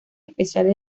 especiales